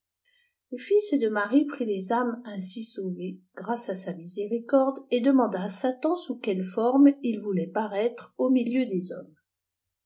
le fils de marie prit les âmes ainsi sauvées grâce à sa miséricorde et demanda â satan m us quelle forme il voulait paraître au milieu des hommes